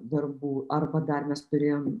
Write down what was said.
darbų arba dar mes turėjom